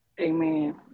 Amen